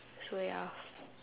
so ya